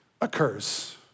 occurs